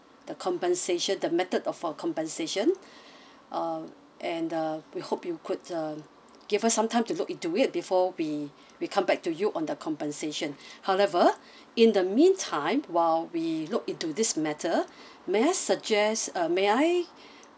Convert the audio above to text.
the compensation the method of our compensation uh and uh we hope you could uh give us some time to look into it before we we come back to you on the compensation however in the meantime while we look into this matter may I suggest uh may I